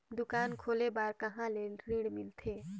दुकान खोले बार कहा ले ऋण मिलथे?